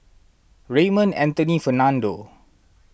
Raymond Anthony Fernando